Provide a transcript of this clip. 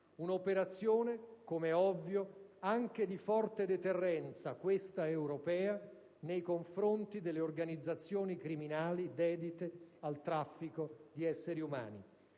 Un'operazione, com'è ovvio, anche di forte deterrenza, questa europea, nei confronti delle organizzazioni criminali dedite al traffico di esseri umani.